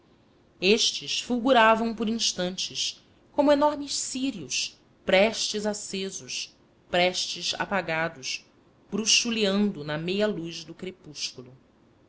estes fulguravam por instantes como enormes círios prestes acesos prestes apagados bruxuleando na meia luz do crepúsculo